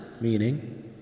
meaning